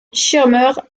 schirmer